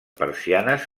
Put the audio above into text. persianes